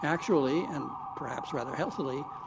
actually, and perhaps rather healthily,